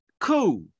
cool